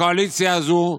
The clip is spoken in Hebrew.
הקואליציה הזאת,